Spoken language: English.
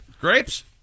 grapes